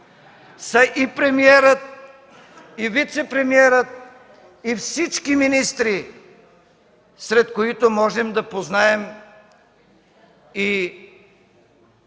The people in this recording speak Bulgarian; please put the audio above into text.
са и премиерът, и вицепремиерът, и всички министри, сред които можем да познаем и